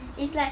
teachers